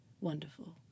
Wonderful